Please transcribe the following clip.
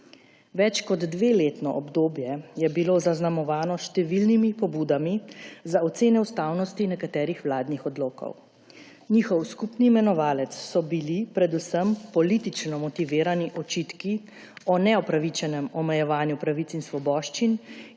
Več kot dveletno obdobje je bilo zaznamovano s številnimi pobudami za oceno ustavnosti nekaterih vladnih odlokov. Njihov skupni imenovalec so bili predvsem politično motivirani očitki o neupravičenem omejevanju pravic in svoboščin,